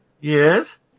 Yes